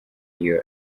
iyo